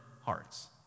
hearts